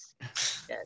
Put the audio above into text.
yes